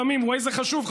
Waze זה חשוב,